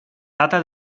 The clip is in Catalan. data